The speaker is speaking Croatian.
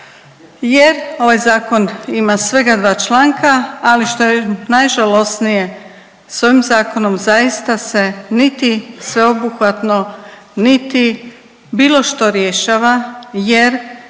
jer ovaj zakon ima svega 2 članka ali što je najžalosnije s ovim zakonom zaista se niti sveobuhvatno, niti bilo što rješava jer